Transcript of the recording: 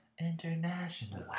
international